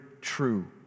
true